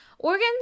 organs